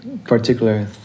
Particular